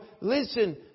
listen